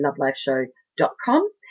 lovelifeshow.com